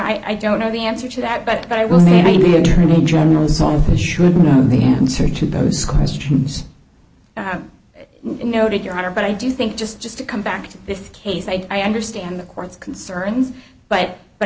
e i don't know the answer to that but i will maybe attorney general's office should know the answer to those questions noted your honor but i do think just just to come back to this case i understand the court's concerns but but